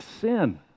sin